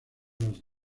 los